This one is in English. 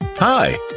Hi